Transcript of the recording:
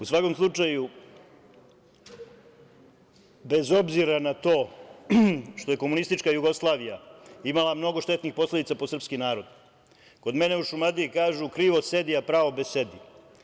U svakom slučaju, bez obzira na to što je komunistička Jugoslavija imala mnogo štetnih posledica po srpski narod, kod mene u Šumadiji kažu – krivo sedi, a pravo besedi.